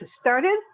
started